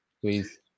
please